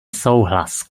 souhlas